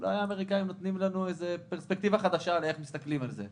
אולי האמריקאים נותנים לנו איזו פרספקטיבה חדשה על איך מסתכלים על זה,